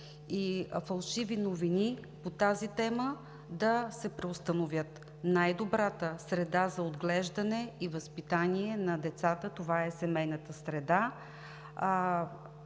и фалшиви новини по тази тема да се преустановят. Най добрата среда за отглеждане и възпитание на децата е семейната среда.